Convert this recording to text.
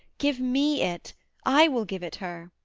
give me it i will give it her.